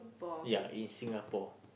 ya in Singapore